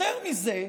יותר מזה,